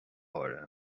háirithe